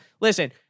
Listen